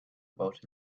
about